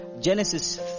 Genesis